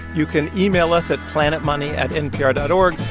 you can email us at planetmoney at npr dot o r g.